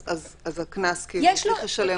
את הקנס הוא צריך לשלם בתוך מועד יותר קצר?